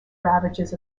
ravages